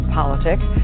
politics